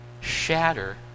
shatter